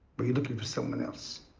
were you looking for someone else?